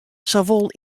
sawol